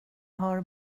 har